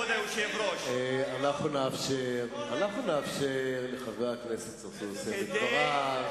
אנחנו נאפשר לחבר הכנסת צרצור לסיים את דבריו.